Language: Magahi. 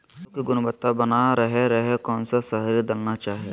आलू की गुनबता बना रहे रहे कौन सा शहरी दलना चाये?